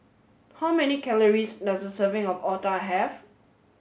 how many calories does a serving of Otah have